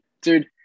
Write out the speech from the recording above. Dude